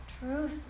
truth